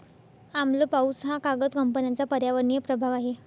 आम्ल पाऊस हा कागद कंपन्यांचा पर्यावरणीय प्रभाव आहे